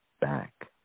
back